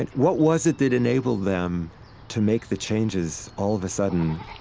and what was it that enabled them to make the changes all of a sudden,